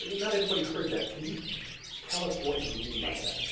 not everybody heard that, can you tell us what you mean by that?